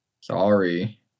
Sorry